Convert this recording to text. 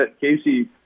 Casey